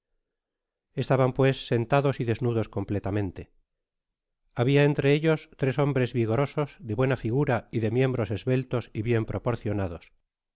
estaban pues sentados y desnudos completamente habia entre ellos tres hombres vigorosos de buena figura y de miembros esbeltos y bien proporcionados